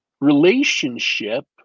relationship